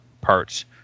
parts